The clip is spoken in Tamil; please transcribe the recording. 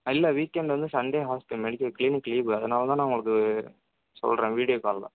இல்லை வீக் எண்ட் வந்து Sunday hospital medical clinic leave அதனால் தான் நான் உங்களுக்கு சொல்லுறேன் வீடியோ காலில்